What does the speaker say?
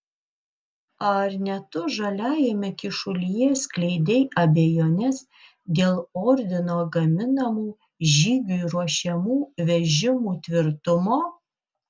ar ne tu žaliajame kyšulyje skleidei abejones dėl ordino gaminamų žygiui ruošiamų vežimų tvirtumo